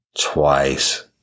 twice